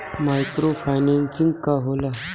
Micro financing का होला?